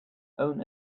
own